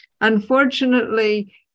unfortunately